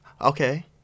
Okay